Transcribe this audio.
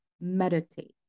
meditate